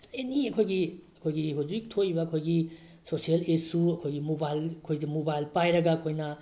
ꯑꯦꯅꯤ ꯑꯩꯈꯣꯏꯒꯤ ꯑꯩꯈꯣꯏꯒꯤ ꯍꯧꯖꯤꯛ ꯊꯣꯛꯏꯕ ꯑꯩꯈꯣꯏꯒꯤ ꯁꯣꯁꯤꯑꯦꯜ ꯏꯁꯨ ꯑꯩꯈꯣꯏꯒꯤ ꯃꯣꯕꯥꯏꯜ ꯑꯩꯈꯣꯏꯁ ꯃꯣꯕꯥꯏꯜ ꯄꯥꯏꯔꯒ ꯑꯩꯈꯣꯏꯅ